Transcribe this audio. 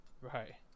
Right